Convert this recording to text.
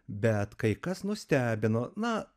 bet kai kas nustebino na